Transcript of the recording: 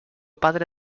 padre